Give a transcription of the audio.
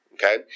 Okay